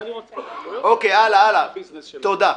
תודה.